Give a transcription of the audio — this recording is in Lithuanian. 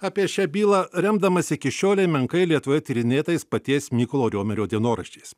apie šią bylą remdamasi iki šiolei menkai lietuvoje tyrinėtais paties mykolo riomerio dienoraščiais